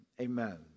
amen